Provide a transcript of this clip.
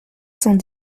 cent